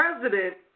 president